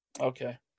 Okay